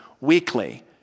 weekly